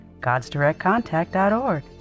godsdirectcontact.org